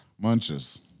Munches